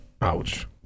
Ouch